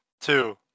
two